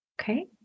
okay